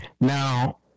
Now